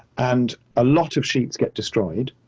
and a lot of sheets get destroyed,